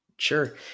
Sure